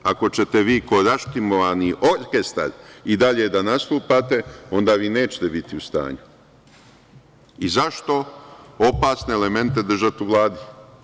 Ako ćete vi kao raštimovani orkestar i dalje da nastupate, onda vi nećete biti u stanju i zašto opasne elemente držati u Vladi?